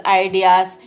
ideas